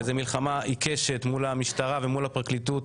זו מלחמה עיקשת מול המשטרה ומול הפרקליטות.